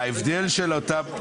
לא.